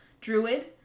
Druid